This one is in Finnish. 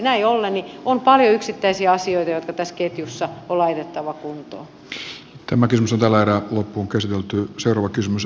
näin ollen on paljon yksittäisiä asioita jotka tässä ketjussa on laitettava kuntoon